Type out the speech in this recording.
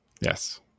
Yes